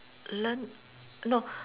learn no